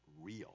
real